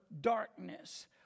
darkness